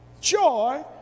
joy